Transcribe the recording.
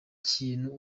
kintu